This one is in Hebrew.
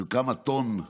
של כמה טונות